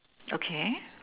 okay